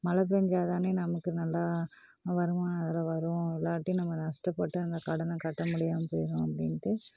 மழை பேய்ஞ்சா தானே நமக்கு நல்லா வருமானம் அதில் வரும் இல்லாட்டி நம்ம நஷ்டப்பட்டு அந்த கடனை கட்ட முடியாமல் போய்விடும் அப்படின்ட்டு